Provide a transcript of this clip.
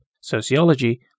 sociology